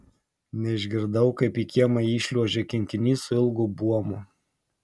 neišgirdau kaip į kiemą įšliuožė kinkinys su ilgu buomu